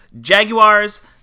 Jaguars